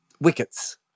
wickets